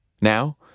Now